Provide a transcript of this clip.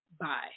Bye